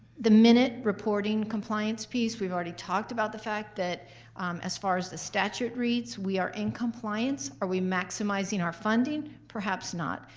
the minute reporting compliance piece, we've already talked about the fact that as far as the statute reads, we are in compliance. are we maximizing our funding? perhaps not,